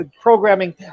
programming